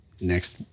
next